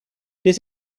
this